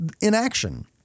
inaction